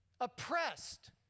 Oppressed